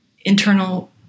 internal